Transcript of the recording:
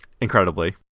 Incredibly